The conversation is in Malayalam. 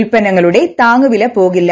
ഉൽപ്പന്നങ്ങളുടെ താങ്ങുവില പോകില്ല